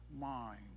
mind